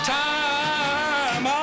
time